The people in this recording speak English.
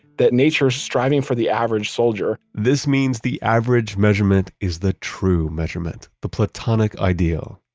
that nature is striving for the average soldier this means the average measurement is the true measurement, the platonic ideal.